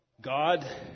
God